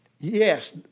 yes